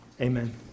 amen